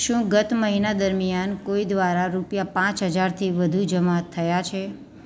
શું ગત મહિના દરમિયાન કોઈ દ્વારા રૂપિયા પાંચ હજારથી વધુ જમા થયાં છે